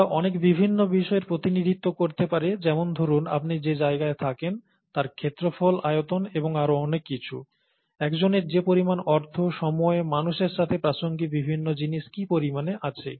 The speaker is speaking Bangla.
তারা অনেক বিভিন্ন বিষয়ের প্রতিনিধিত্ব করতে পারে যেমন ধরুন আপনি যে জায়গায় থাকেন তার ক্ষেত্রফল আয়তন এবং আরও অনেক কিছু একজনের যে পরিমাণ অর্থ সময় মানুষের সাথে প্রাসঙ্গিক বিভিন্ন জিনিস কি পরিমাণে আছে